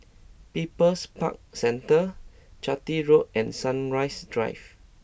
People's Park Centre Chitty Road and Sunrise Drive